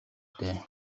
дээ